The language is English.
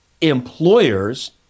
employers